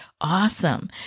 awesome